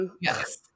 Yes